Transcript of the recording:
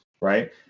right